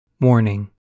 Warning